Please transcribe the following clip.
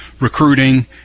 recruiting